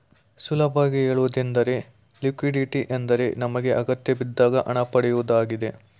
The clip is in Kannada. ಸುಲಭವಾಗಿ ಹೇಳುವುದೆಂದರೆ ಲಿಕ್ವಿಡಿಟಿ ಎಂದರೆ ನಮಗೆ ಅಗತ್ಯಬಿದ್ದಾಗ ಹಣ ಪಡೆಯುವುದಾಗಿದೆ